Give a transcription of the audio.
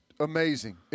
Amazing